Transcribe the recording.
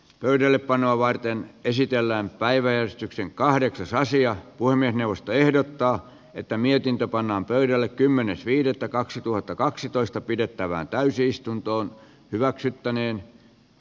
pöydällepanoa varten esitellään päiväystyksen kahdeksas asiat poimien jaosto ehdottaa että mietintö pannaan pöydälle kymmenes viidettä kaksituhattakaksitoista pidettävään täysistunto hyväksyttäneen d